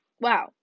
Wow